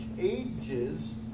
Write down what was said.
ages